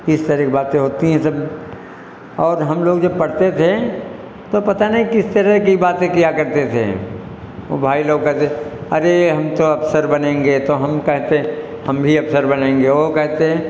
इस तरह की बातें होती हैं सब और जब हम लोग पढ़ते थे तो पता नहीं किस तरह की बातें किया करते थे वो भाई लोग कहते अरे हम अफसर बनेंगे तो हम कहते हम भी अफसर बनेंगे ओ कहते